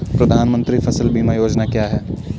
प्रधानमंत्री फसल बीमा योजना क्या है?